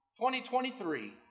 2023